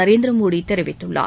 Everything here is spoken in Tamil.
நரேந்திர மோடி தெரிவித்துள்ளார்